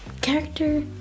character